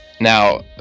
Now